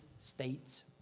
state's